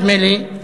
נדמה לי,